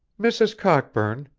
mrs. cockburn,